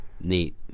Neat